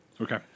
Okay